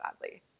badly